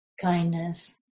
kindness